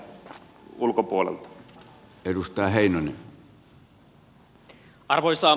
arvoisa puhemies